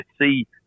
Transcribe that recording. see